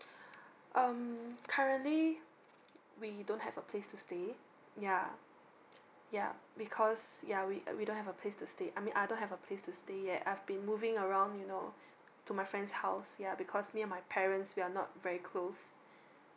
um currently we don't have a place to stay yeah yeah because yeah we we don't have a place to stay I mean I don't have a place to stay yet I've been moving around you know to my friend's house yeah because me my parents we're not very close